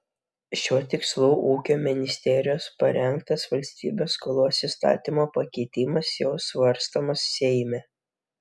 šiuo tikslu ūkio ministerijos parengtas valstybės skolos įstatymo pakeitimas jau svarstomas seime